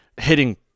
Hitting